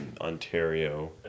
Ontario